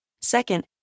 Second